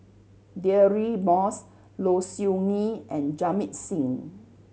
Deirdre Moss Low Siew Nghee and Jamit Singh